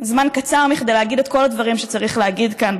הזמן קצר מכדי להגיד את כל הדברים שצריך להגיד כאן,